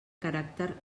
caràcter